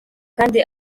kandi